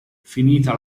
finita